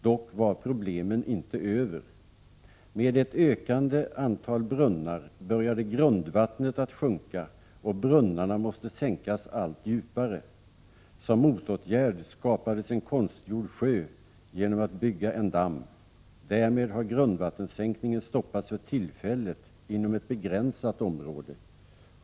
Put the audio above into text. Dock var problemen inte över. Med ett ökande antal brunnar började grundvattnet att sjunka, och brunnarna måste sänkas allt djupare. Som motåtgärd skapades en konstgjord sjö genom att man byggde en damm. Därmed har grundvattenssänkningen stoppats för tillfället inom ett begränsat område.